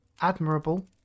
Admirable